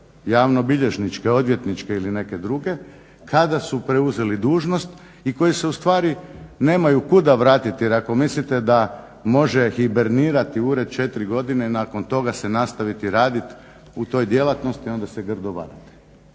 javno-bilježničke, odvjetničke ili neke druge kada su preuzeli dužnost i koji se u stvari nemaju kuda vratit. Jer ako mislite da može hibernirati ured 4 godine i nakon toga se nastaviti radit u toj djelatnosti onda se grdo varate.